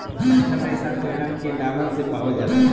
डंठल रेसा पेड़न के डालन से पावल जाला